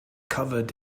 covered